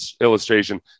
illustration